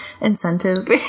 incentive